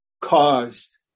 caused